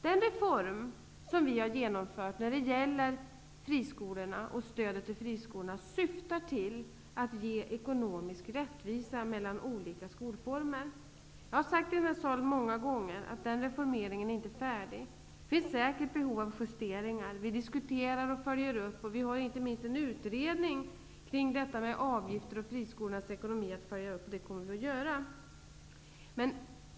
Den reform som vi har genomfört när det gäller stödet till friskolorna syftar till att ge ekonomisk rättvisa mellan olika skolformer. Den reformeringen är inte färdig. Jag har sagt det i den här salen många gånger. Det finns säkert behov av justeringar. Vi diskuterar och följer upp. Inte minst har vi en utredning kring detta med avgifter och friskolornas ekonomi att följa upp. Det kommer vi att göra.